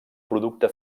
producte